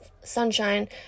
sunshine